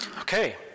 Okay